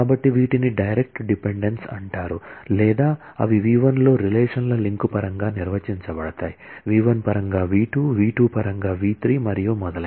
కాబట్టి వీటిని direct dependence అంటారు లేదా అవి v1 లో రిలేషన్ ల లింక్ పరంగా నిర్వచించబడతాయి v1 పరంగా v2 v2 పరంగా v3 మరియు మొదలైనవి